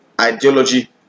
ideology